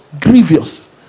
Grievous